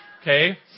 okay